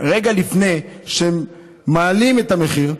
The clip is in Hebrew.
רגע לפני שמעלים את המחיר,